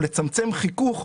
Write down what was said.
קיבלת תשובה?